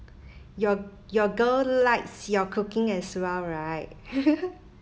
your your girl likes your cooking as well right